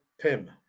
Pim